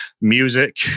music